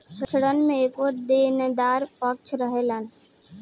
ऋण में एगो देनदार पक्ष रहेलन